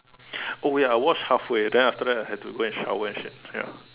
oh ya I watched halfway then after that I had to go and shower and shit ya